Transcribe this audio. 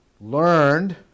learned